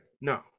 No